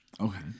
Okay